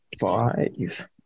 Five